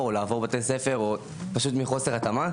או לעבור בתי ספר פשוט מחוסר התאמה,